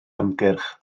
ymgyrch